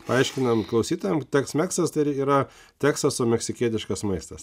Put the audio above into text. paaiškinam klausytojam teksmeksas tai ir yra teksaso meksikietiškas maistas